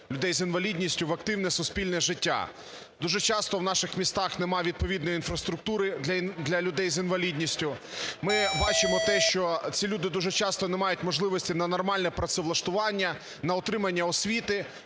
людей з інвалідністю в активне суспільне життя. Дуже часто у наших містах немає відповідної інфраструктури для людей з інвалідністю. Ми бачимо те, що ці люди дуже часто не мають можливості на нормальне працевлаштування, на отримання освіти,